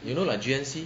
you know like G_N_C